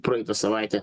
praeitą savaitę